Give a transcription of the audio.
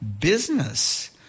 business